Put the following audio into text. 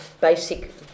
basic